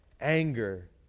anger